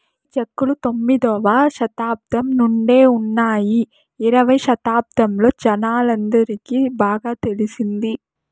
ఈ చెక్కులు తొమ్మిదవ శతాబ్దం నుండే ఉన్నాయి ఇరవై శతాబ్దంలో జనాలందరికి బాగా తెలిసింది